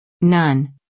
None